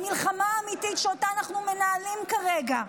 למלחמה האמיתית שאותה אנחנו מנהלים כרגע.